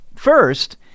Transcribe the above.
First